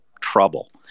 trouble